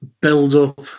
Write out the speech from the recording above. build-up